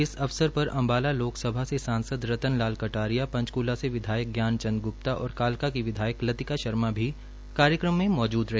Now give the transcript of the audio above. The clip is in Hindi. इस अवसर पर अंबाला लोकसभा से सांसद रतन लाल कटारिया पंचकूला से विधायक ज्ञान चंद गुप्ता और कालका की विधायक लतिका शर्मा भी कार्यक्रम में मौजूद रहे